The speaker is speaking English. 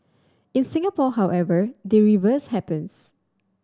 in Singapore however the reverse happens